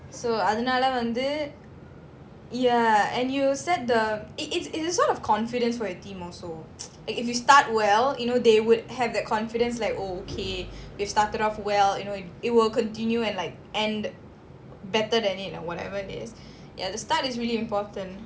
ya and you set the it it it it is a sort of confidence for your team also if you start well you know they would have that confidence like okay it started off well you know it will continue and like end better than it or whatever it is you have to start is really important